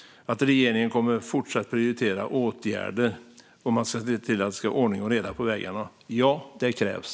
"Regeringen kommer fortsatt att prioritera att åtgärder vidtas för att komma åt internationella brottsnätvek samt se till att det är ordning och reda på vägarna." Ja, det krävs.